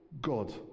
God